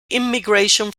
immigration